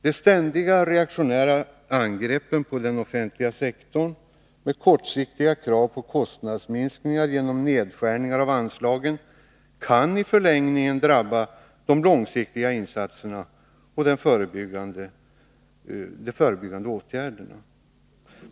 De ständiga reaktionära angreppen på den offentliga sektorn med kortsiktiga krav på kostnadsminskningar genom nedskärningar av anslagen kan i förlängningen drabba de långsiktiga insatserna och de förebyggande åtgärderna.